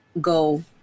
go